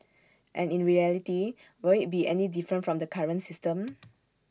and in reality will IT be any different from the current system